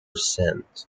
sent